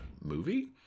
movie